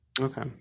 Okay